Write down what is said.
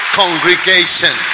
congregation